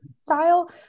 style